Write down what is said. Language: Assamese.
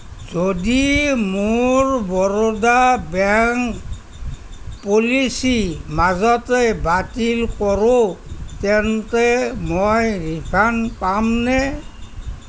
যদি মোৰ বৰোদা বেংক পলিচী মাজতে বাতিল কৰো তেন্তে মই ৰিফাণ্ড পামনে